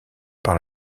par